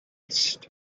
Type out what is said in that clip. east